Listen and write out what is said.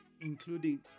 including